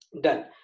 done